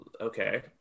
Okay